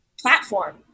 platform